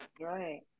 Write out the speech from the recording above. Right